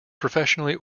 professionally